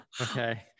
Okay